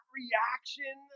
reaction